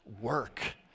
work